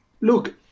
Look